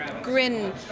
grin